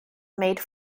made